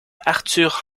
arthur